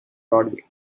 broadway